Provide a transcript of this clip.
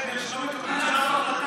משה, הם עבדו עליו,